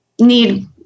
need